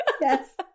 Yes